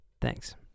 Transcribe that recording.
thanks